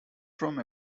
from